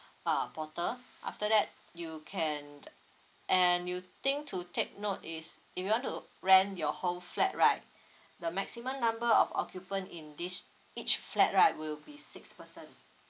uh portal after that you can and you thing to take note is if you want to rent your whole flat right the maximum number of occupant in this each flat right will be six person